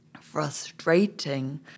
frustrating